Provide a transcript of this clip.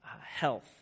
health